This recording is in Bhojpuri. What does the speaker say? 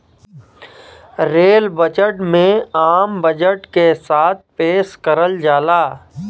रेल बजट में आम बजट के साथ पेश करल जाला